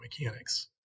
mechanics